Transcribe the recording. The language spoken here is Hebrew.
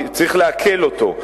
צריך לעכל אותו,